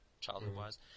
childhood-wise